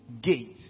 gate